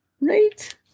Right